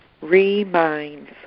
Reminds